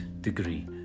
degree